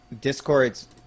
Discord's